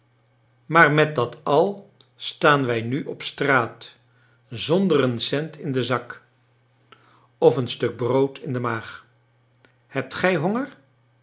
maar met dat al staan wij nu op straat zonder een cent in den zak of een stuk brood in de maag hebt gij honger